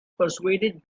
persuaded